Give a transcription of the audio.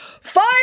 Fire